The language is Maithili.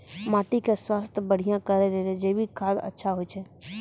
माटी के स्वास्थ्य बढ़िया करै ले जैविक खाद अच्छा होय छै?